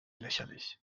lächerlich